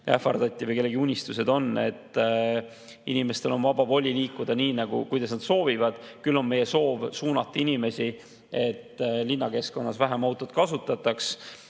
ähvardati või kellegi unistused on, inimestel on vaba voli liikuda nii, kuidas nad soovivad. Küll on meie soov suunata inimesi linnakeskkonnas vähem autot kasutama